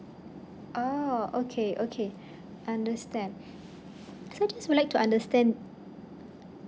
oh okay okay understand so just would like to understand